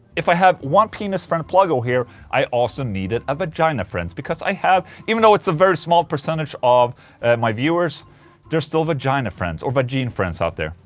if i have one penis friend pluggo here i also needed a vagina friend, because i have. even though it's a very small percentage of my viewers there's still vagina friends or vagene friends out there,